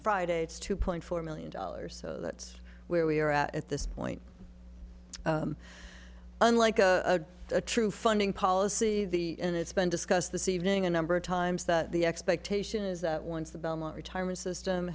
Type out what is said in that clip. friday it's two point four million dollars so that's where we are at this point unlike a true funding policy the and it's been discussed the saving a number of times that the expectation is that once the belmont retirement system